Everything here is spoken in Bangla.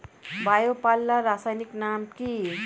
বায়ো পাল্লার রাসায়নিক নাম কি?